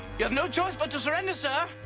you have no choice but to surrender, sir.